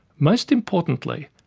most importantly,